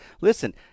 Listen